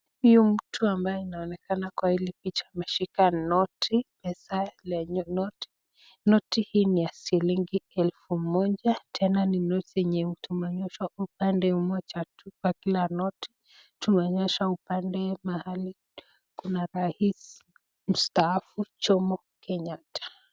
Huyu mtu ambaye anaonekana kwa hili picha ameshika noti hasaa noti hii ni ya shilingi elfu Moja. Tena ni noti yenye tumeonyeshwa upande mmoja kwa kila noti tumeonyeshwa upande mahali Kuna rais mstaafu Jomo Kenyatta.